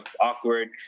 awkward